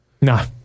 No